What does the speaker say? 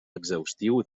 exhaustiu